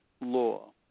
law